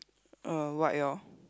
uh white lor